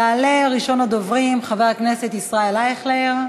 יעלה ראשון הדוברים, חבר הכנסת ישראל אייכלר,